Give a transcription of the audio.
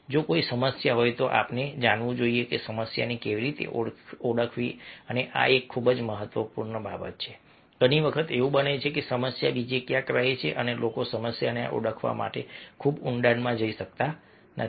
જો કોઈ સમસ્યા હોય તો આપણે જાણવું જોઈએ કે સમસ્યાને કેવી રીતે ઓળખવી આ એક ખૂબ જ મહત્વપૂર્ણ છે ઘણી વખત એવું બને છે કે સમસ્યા બીજે ક્યાંક રહે છે અને લોકો સમસ્યાને ઓળખવા માટે ખૂબ ઊંડાણમાં જઈ શકતા નથી